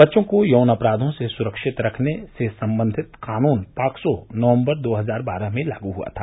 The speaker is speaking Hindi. बच्चों को यौन अपराधों से सुरक्षित रखने से संबंधित कानून पॉक्सो नवम्बर दो हजार बारह में लागू हुआ था